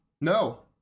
No